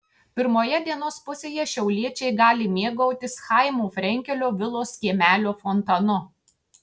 pirmoje dienos pusėje šiauliečiai gali mėgautis chaimo frenkelio vilos kiemelio fontanu